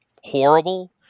horrible